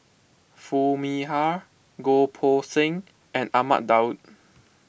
Foo Mee Har Goh Poh Seng and Ahmad Daud